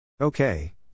Okay